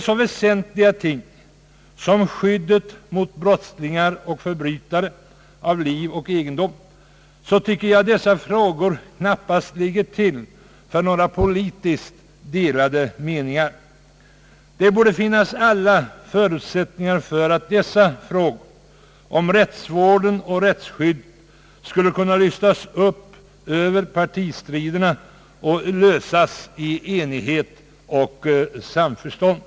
Så väsentliga ting som skydd av liv och egendom mot brottslingar och förbrytare tycker jag knappast behöver bli föremål för några politiskt delade meningar. Det borde finnas alla förutsättningar för att frågor om rättsvård och rättsskydd skulle kunna lyftas upp över partistriderna och lösas i enighet och samförstånd.